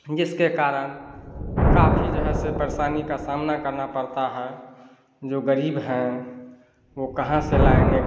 जिसके कारण काफ़ी जो है सो परेशानी का सामना करना पड़ता है जो गरीब हैं वह कहाँ से लाएँगे